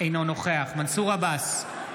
אינו נוכח מנסור עבאס,